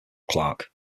clarke